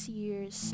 years